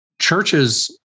churches